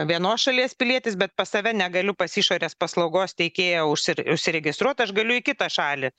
vienos šalies pilietis bet pas save negaliu pas išorės paslaugos teikėją uši užsiregistruot aš galiu į kitą šalį